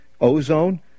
ozone